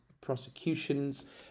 prosecutions